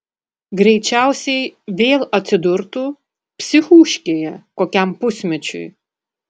greičiausiai vėl atsidurtų psichūškėje kokiam pusmečiui